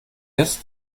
ist